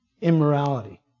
immorality